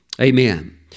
Amen